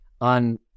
on